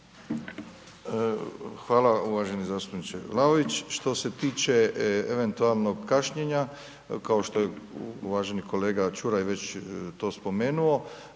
Hvala uvaženi zastupniče Vlaović, što se tiče eventualnog kašnjenja, kao što je uvaženi kolega Čuraj već to spomenuo,